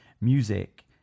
music